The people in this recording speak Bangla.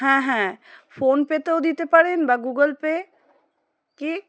হ্যাঁ হ্যাঁ ফোনপেতেও দিতে পারেন বা গুগল পে কি